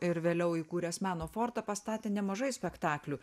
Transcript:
ir vėliau įkūręs meno fortą pastatė nemažai spektaklių